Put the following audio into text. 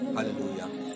Hallelujah